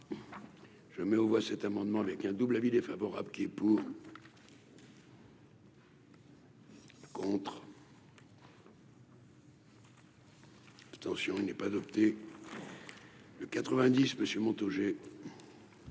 Je mets aux voix cet amendement avec un double avis défavorable qui est pour. Attention, il n'est pas adopté le 90 Monsieur Montaugé.